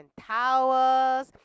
towels